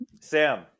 Sam